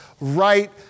right